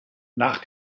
nach